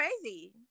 crazy